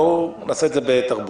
בואו נעשה את זה בתרבות.